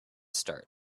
start